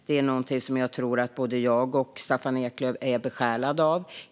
Detta tror jag att både jag och Staffan Eklöf är besjälade av.